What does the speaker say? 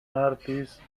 artist